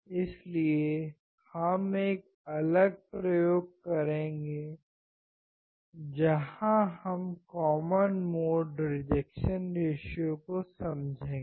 इसलिए हम एक अलग प्रयोग करेंगे जहां हम कॉमन मोड रिजेक्शन रेशियो को समझेंगे